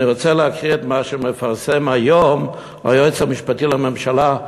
אני רוצה להקריא את מה שמפרסם היום היועץ המשפטי לממשלה,